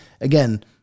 again